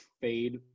fade